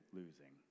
losing